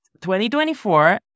2024